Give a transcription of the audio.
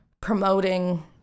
promoting